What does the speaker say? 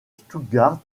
stuttgart